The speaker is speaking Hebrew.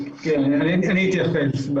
אני אתייחס.